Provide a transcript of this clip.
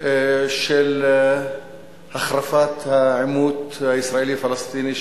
של החרפת העימות הישראלי-פלסטיני,